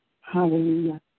Hallelujah